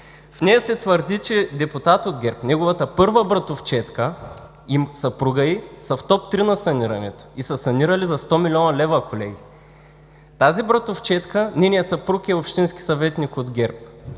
В нея се твърди, че депутат от ГЕРБ, неговата първа братовчедка и съпругът ѝ, са в топ три на санирането и са санирали за 100 млн. лв.! На тази братовчедка съпругът ѝ е общински съветник от ГЕРБ.